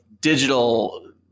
digital